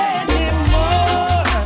anymore